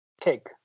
Cake